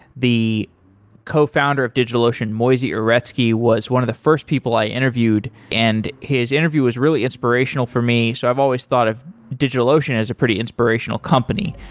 the cofounder of digitalocean, moisey uretsky, was one of the first people i interviewed, and his interview was really inspirational for me. so i've always thought of digitalocean as a pretty inspirational company.